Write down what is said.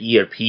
ERP